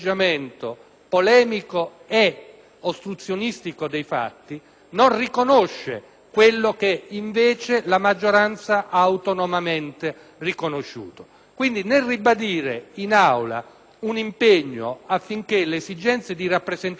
ostruzionistico nei fatti non riconosca quello che, invece, la maggioranza autonomamente ha riconosciuto. Quindi, nel ribadire in Aula l'impegno affinché le esigenze di rappresentatività siano soddisfatte,